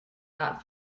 not